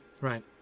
right